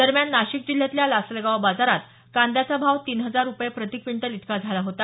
दरम्यान नाशिक जिल्ह्यातल्या लासलगाव बाजारात कांद्याचा भाव तीन हजार रुपये प्रती क्विंटल इतका झाला होता